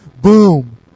boom